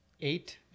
eight